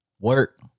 work